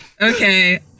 okay